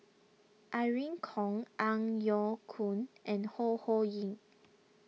Irene Khong Ang Yau Choon and Ho Ho Ying